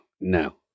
No